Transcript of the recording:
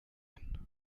ein